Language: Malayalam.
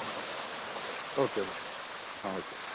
ഉം ഓക്കെ അപ്പോൾ ആ ഓക്കെ